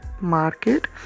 market